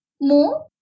more